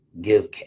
Give